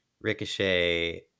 Ricochet